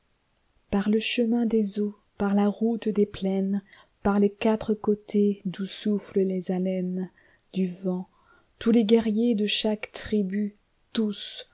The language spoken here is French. par le chemin des eaux par la roate des plaines par les quatre côtés d'où soufflent les haleinesdu vent tous les guerriers de chaque tribu tous